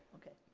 okay.